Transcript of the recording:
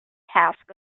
tasks